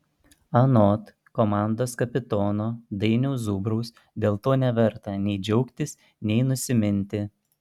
anot komandos kapitono dainiaus zubraus dėl to neverta nei džiaugtis nei nusiminti